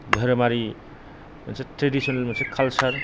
धोरोमारि मोनसे त्रेदिसनेल मोनसे काल्सार